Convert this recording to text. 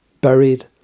buried